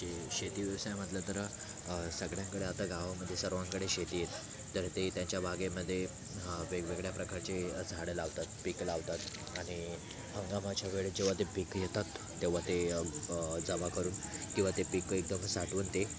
म्हणजे शेती व्यवसाय म्हटलं तर सगळ्यांकडे आता गावामध्ये सर्वांकडे शेती आहे तर ते त्यांच्या बागेमध्ये वेगवेगळ्या प्रकारचे झाडं लावतात पिकं लावतात आणि हंगामाच्या वेळी जेव्हा ते पीक घेतात तेव्हा ते जमा करून किंवा ते पिकं एकदम साठवून ते